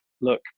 look